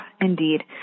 indeed